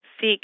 Seek